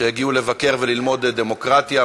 שהגיעו לבקר וללמוד דמוקרטיה,